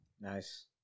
Nice